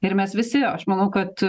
ir mes visi aš manau kad